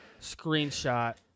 screenshot